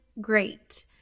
great